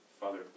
Father